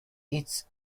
its